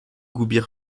ober